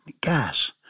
gas